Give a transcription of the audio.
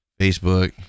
Facebook